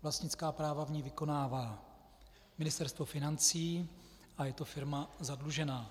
Vlastnická práva v ní vykonává Ministerstvo financí a je to firma zadlužená.